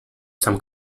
some